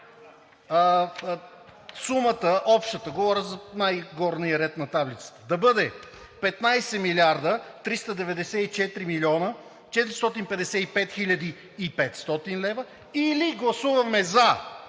сумата – общата, говоря за най-горния ред на таблицата да бъде 15 млрд. 394 млн. 455 хил. и 500 лв., или гласуваме за